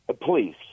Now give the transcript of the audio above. Please